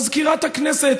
מזכירת הכנסת,